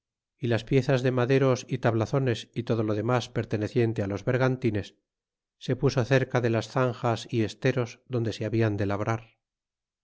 é las piezas de maderos y tablazones y todo lo demas perteneciente los vergantines se puso cercade las zanjes y esteros donde se habían de labrar